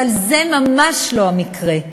אבל זה ממש לא המקרה.